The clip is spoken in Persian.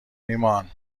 ایمان